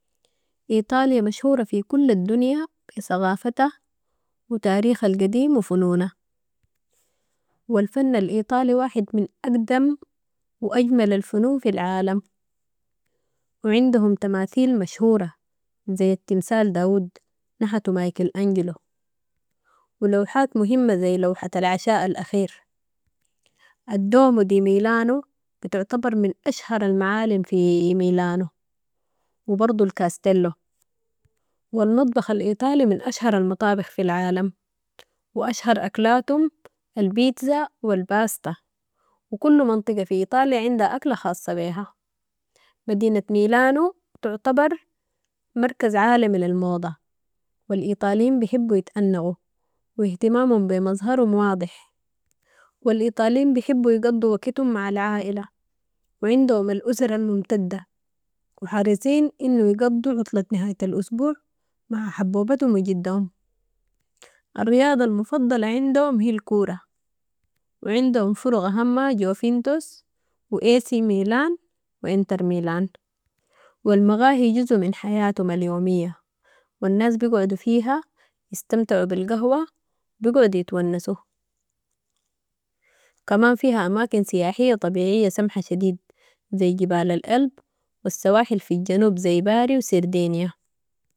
إيطاليا مشهورة في كل الدنيا بثقافتها و تاريخها القديم و فنونها و الفن الإيطالي واحد من اقدم و اجمل الفنون في العالم و عندهم تماثيل مشهورة، زي التمثال داوود، نحتو مايكل انجلو و لوحات مهمة زي لوحة العشاء ال اخير، الDuomo di Milano، بتعتبر من اشهر المعالم في ميلانو و برضو الكاستيلو و المطبخ الإيطالي من اشهر المطابخ في العالم و اشهر اكلاتهم البيتزا و الباستا و كل منطقة في ايطاليا عندها اكلة خاصة بيها. مدينة ميلانو، تعتبر مركز عالمي للموضة و الايطاليين بحبوا يتانقوا و اهتمامهم بي مظهرهم واضح و الإيطاليين بحبوا يقضوا وقتهم مع العائلة و عندهم الاسر الممتدة و حريصين انو يقضوا عطلة نهاية الاسبوع مع حبوبتهم و جدهم. الرياضة المفضلة عندهم هي الكورة و عندهم فرق اهمها جوفينتوس و AC Milan و انتر ميلان و المقاهي جزو من حياتهم اليومية و الناس بيقعدوا فيها، يستمتعوا بالقهوة، بيقعدوا يتونسوا. كمان فيها اماكن سياحية طبيعية سمحة شديد، زي جبال ال الب و السواحل في الجنوب زي باري و سردينيا.